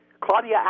Claudia